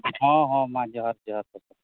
ᱦᱮᱸ ᱦᱮᱸ ᱢᱟ ᱡᱚᱦᱟᱨ ᱡᱚᱦᱟᱨ